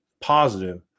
positive